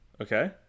Okay